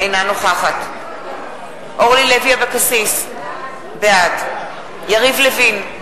אינה נוכחת אורלי לוי אבקסיס, בעד יריב לוין,